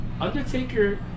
Undertaker